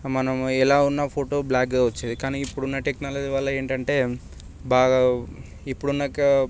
మనం ఎలా ఉన్న ఫోటో బ్ల్యాక్గా వచ్చేది కానీ ఇప్పుడు ఉన్న టెక్నాలజీ వల్ల ఏమిటంటే బాగా ఇప్పుడున్నాక